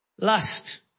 lust